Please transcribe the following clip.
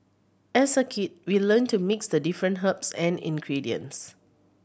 as a kid we learnt to mix the different herbs and ingredients